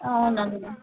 అవునా